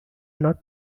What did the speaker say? not